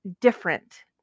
different